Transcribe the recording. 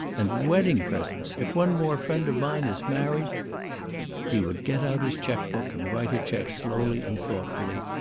and wedding presents! if one more friend of mine is married he would get out his checkbook and write a check slowly and thoughtfully.